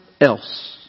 else